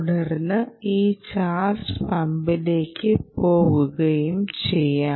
തുടർന്ന് ഈ ചാർജ് പമ്പിലേക്ക് പോകുകയും ചെയ്യാം